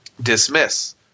dismiss